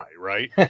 right